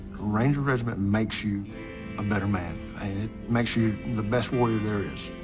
ranger regiment makes you a better man, and it makes you the best warrior there is,